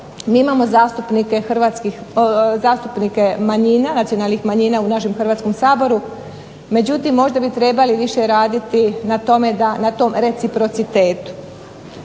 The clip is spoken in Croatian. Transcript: mi imamo zastupnike nacionalnih manjina u našem Hrvatskom saboru međutim možda bi trebali više raditi na tom reciprocitetu.